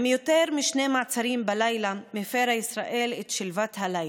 עם יותר משני מעצרים בלילה מפירה ישראל את שלוות הלילה,